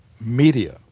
media